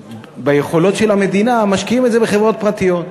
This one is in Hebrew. ביכולות של המדינה, משקיעים את זה בחברות פרטיות,